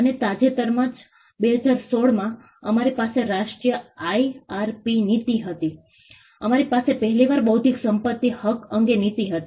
અને તાજેતરમાં જ 2016 માં અમારી પાસે રાષ્ટ્રીય IRP નીતિ હતી અમારી પાસે પહેલીવાર બૌદ્ધિક સંપત્તિ હક અંગે નીતિ હતી